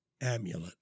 amulet